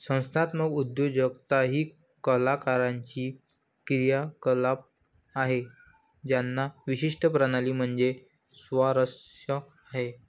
संस्थात्मक उद्योजकता ही कलाकारांची क्रियाकलाप आहे ज्यांना विशिष्ट प्रणाली मध्ये स्वारस्य आहे